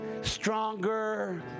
Stronger